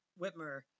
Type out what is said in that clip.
Whitmer